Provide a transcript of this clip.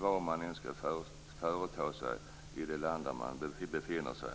vad man än skall företa sig i det land där man befinner sig.